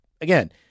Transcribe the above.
again